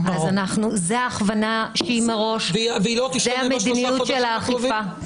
זו ההכוונה שהיא מראש, זו המדיניות של האכיפה.